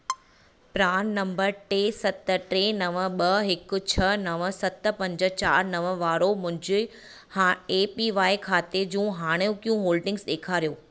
PRAN number टे सत टे नव ॿ हिकु छह नव सत पंज चार नव वारो मुंहिंजे हां ऐपीवाय खाते जूं हाणोकियूं होल्डिंगस ॾेखारियो